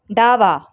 डावा